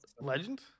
legend